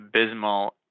abysmal